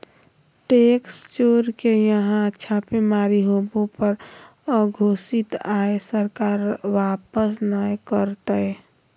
tax चोर के यहां छापेमारी होबो पर अघोषित आय सरकार वापस नय करतय